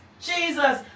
Jesus